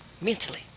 mentally